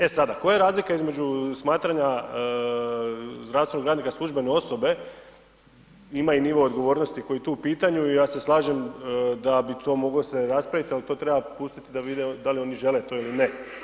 E sada koja je razlika između smatranja zdravstvenog radnika službene osobe, ima i nivo odgovornosti koji je tu u pitanju i ja se slažem da bi to moglo se raspravit, al to treba pustit da vide da li oni žele to ili ne.